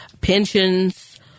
pensions